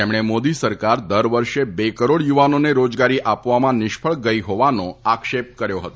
તેમણે મોદી સરકાર દર વર્ષે બે કરોડ યુવાનોને રોજગારી આપવામાં નિષ્ફળ ગઇ હોવાનો આક્ષેપ કર્યો હતો